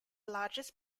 largest